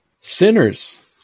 Sinners